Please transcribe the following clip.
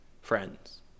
Friends